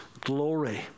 glory